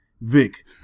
Vic